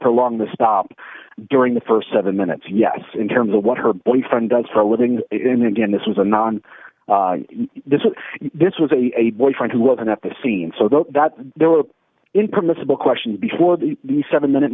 prolong the stop during the st seven minutes yes in terms of what her boyfriend does for a living in the again this was a non this was a boyfriend who wasn't at the scene so that there were in permissible questions before the the seven minute